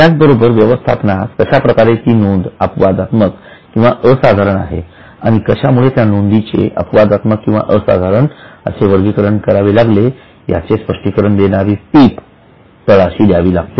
याबरोबरच व्यवस्थापनास कशाप्रकारे ती नोंद अपवादात्मक किंवा असाधारण आहे आणि कशामुळे त्या नोंदीचे अपवादात्मक किंवा असाधारण असे वर्गीकरण करावे लागले याचे स्पष्टीकरण देणारी टीप तळाशी द्यावी लागते